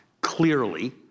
clearly